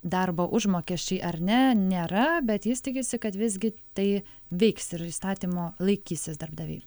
darbo užmokesčiai ar ne nėra bet jis tikisi kad visgi tai vyks ir įstatymo laikysis darbdaviai